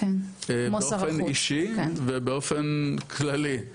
באופן אישי ובאופן כללי.